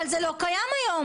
אבל זה לא קיים היום.